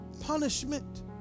punishment